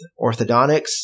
orthodontics